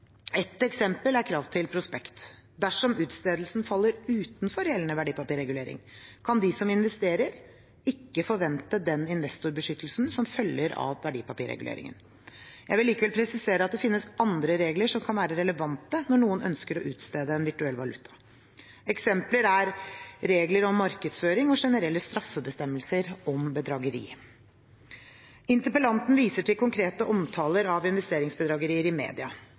eksempel er krav til prospekt. Dersom utstedelsen faller utenfor gjeldende verdipapirregulering, kan de som investerer, ikke forvente den investorbeskyttelsen som følger av verdipapirreguleringen. Jeg vil likevel presisere at det finnes andre regler som kan være relevante når noen ønsker å utstede en virtuell valuta. Eksempler er regler om markedsføring og generelle straffebestemmelser om bedrageri. Interpellanten viser til konkrete omtaler av investeringsbedragerier i media.